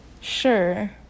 Sure